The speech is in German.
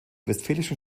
westfälischen